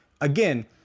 again